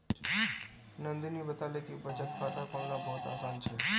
नंदनी बताले कि बचत खाता खोलना बहुत आसान छे